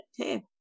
Okay